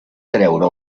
traure